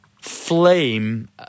flame